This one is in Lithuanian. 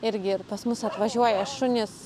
irgi ir pas mus atvažiuoja šunys